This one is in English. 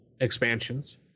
expansions